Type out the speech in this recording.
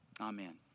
Amen